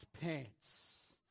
pants